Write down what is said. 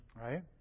right